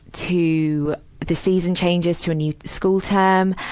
to the season changes to a new school term,